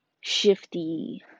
shifty